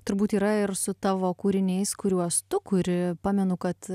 turbūt yra ir su tavo kūriniais kuriuos tu kuri pamenu kad